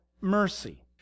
mercy